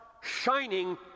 shining